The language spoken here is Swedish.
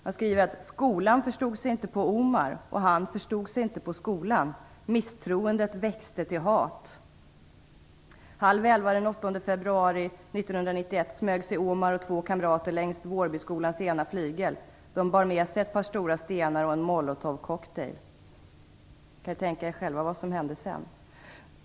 Han skriver att skolan inte förstod sig på Omar, och han förstod sig inte på skolan. Misstroendet växte till hat. Halv elva den 8 februari 1991 smög sig Omar och två kamrater längst Vårbyskolans ena flygel. De bar med sig ett par stora stenar och en molotovcocktail. Ni kan ju tänka er själva vad som hände sedan.